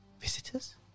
Visitors